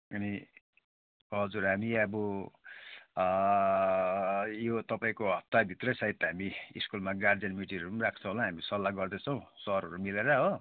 अनि हजुर हामी अब यो तपाईँको हप्ताभित्रै सायद हामी स्कुलमा गार्जियन मिटिङहरू पनि राख्छौँ होला हामी सल्लाह गर्दैछौँ सरहरू मिलेर हो